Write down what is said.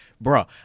Bro